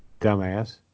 Dumbass